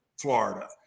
Florida